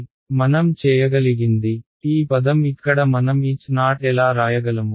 కాబట్టి మనం చేయగలిగింది ఈ పదం ఇక్కడ మనం Ho ఎలా రాయగలము